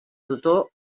tutor